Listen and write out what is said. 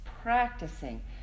practicing